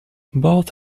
both